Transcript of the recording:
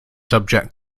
subject